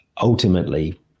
ultimately